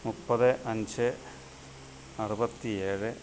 മുപ്പത് അഞ്ച് അറുപത്തി ഏഴ്